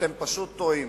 אתם פשוט טועים.